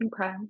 Okay